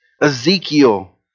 Ezekiel